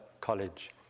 College